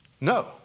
No